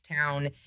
town